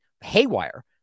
haywire